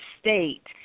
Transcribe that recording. state